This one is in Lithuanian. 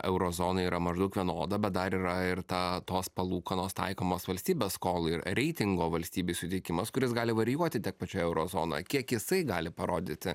euro zonoj yra maždaug vienoda bet dar yra ir ta tos palūkanos taikomos valstybės skolai ir reitingo valstybei suteikimas kuris gali varijuoti tiek pačioje euro zonoje kiek jisai gali parodyti